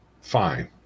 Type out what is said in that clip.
fine